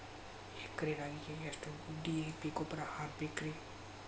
ಎಕರೆ ರಾಗಿಗೆ ಎಷ್ಟು ಡಿ.ಎ.ಪಿ ಗೊಬ್ರಾ ಹಾಕಬೇಕ್ರಿ?